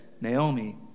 Naomi